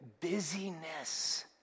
busyness